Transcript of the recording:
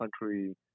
country